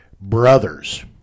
brothers